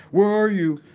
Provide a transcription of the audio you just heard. where are you?